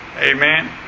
Amen